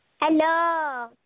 Hello